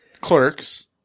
Clerks